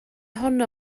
honno